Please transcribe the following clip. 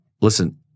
Listen